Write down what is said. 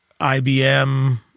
IBM